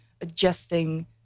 adjusting